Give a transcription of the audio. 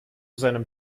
seinem